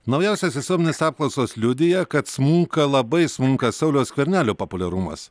naujausios visuomenės apklausos liudija kad smunka labai smunka sauliaus skvernelio populiarumas